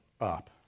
up